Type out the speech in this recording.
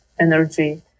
energy